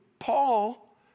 Paul